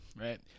Right